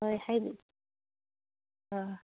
ꯍꯣꯏ ꯍꯥꯏꯕꯤꯌꯨ ꯑꯥ